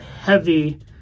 heavy